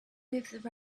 moved